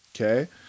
Okay